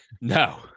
No